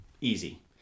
easy